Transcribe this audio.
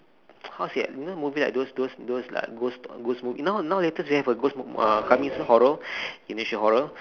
how say ah you know movie like those those those like ghost ghost movie now latest coming soon horror indonesian horror